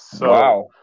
Wow